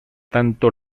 tanto